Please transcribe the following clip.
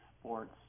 sports